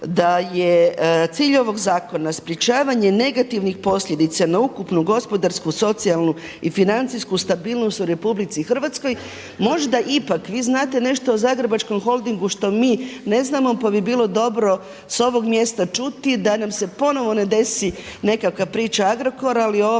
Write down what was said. da je cilj ovog zakona sprečavanje negativnih posljedica na ukupnu gospodarsku, socijalnu i financijsku stabilnost u RH. Možda ipak vi znate nešto o Zagrebačkom holdingu što mi ne znamo pa bi bilo dobro s ovog mjesta čuti da nam se ponovo ne desi nekakva priča Agrokora, ali ovaj